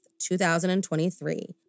2023